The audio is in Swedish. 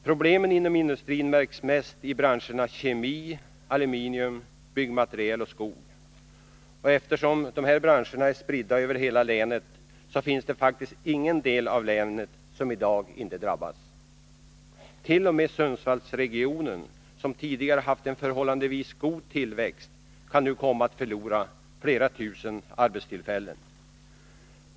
Problemen inom industrin märks mest i branscherna kemi, aluminium, byggmaterial och skog. Eftersom dessa branscher är spridda över hela länet, finns det faktiskt ingen del av länet som i dag inte drabbas. T. o. m. Sundsvallsregionen, som tidigare haft en förhållandevis god tillväxt, kan nu komma att förlora flera tusen arbetstillfällen.